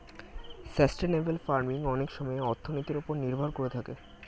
sustainable farming অনেক সময়ে অর্থনীতির ওপর নির্ভর করে থাকে